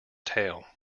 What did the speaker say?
tail